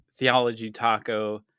theologytaco